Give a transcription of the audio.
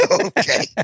Okay